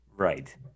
Right